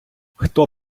хто